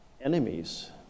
enemies